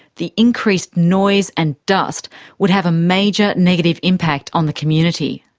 the increased noise and dust would have a major negative impact on the community.